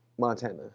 Montana